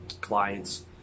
clients